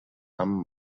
amb